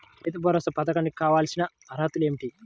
రైతు భరోసా పధకం కు కావాల్సిన అర్హతలు ఏమిటి?